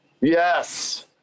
Yes